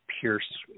pierce